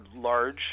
large